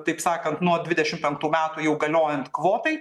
taip sakant nuo dvidešimt penktų metų jau galiojant kvotai